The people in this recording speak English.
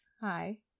Hi